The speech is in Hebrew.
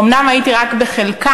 אומנם הייתי רק בחלקם,